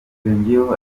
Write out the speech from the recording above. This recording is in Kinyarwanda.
yongeyeho